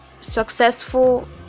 successful